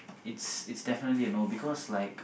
it's definitely a no because like